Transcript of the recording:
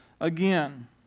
again